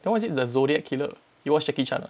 then why is it the zodiac killer he watch jackie chan ah